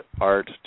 art